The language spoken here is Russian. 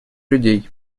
людей